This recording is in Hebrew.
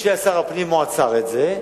כשהוא היה שר הפנים, הוא עצר את זה,